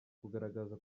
kugaragaza